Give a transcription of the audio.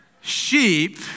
Sheep